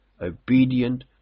obedient